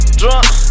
drunk